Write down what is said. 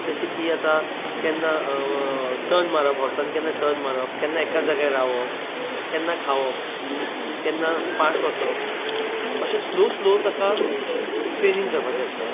जशें की आता केन्ना टर्न मारप हाॅर्सान केन्ना आतां टर्न मारप केन्ना एकाच जाग्यार रावप केन्ना खावप केन्ना फास्ट वचप अशें स्लो स्लो ताका ट्रेनिंग करपाचें आसता